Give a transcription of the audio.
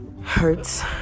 hurts